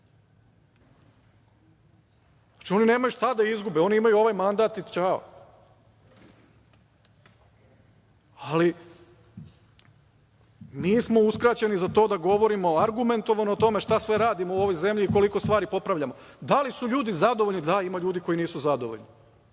Oni nemaju šta da izgube. Oni imaju ovaj mandat i ćao. Mi smo uskraćeni za to da govorimo argumentovano o tome šta sve radimo u ovoj zemlji i koliko stvari popravljamo. Da li su ljudi zadovoljni? Da, ima ljudi koji nisu zadovoljni.